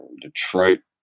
Detroit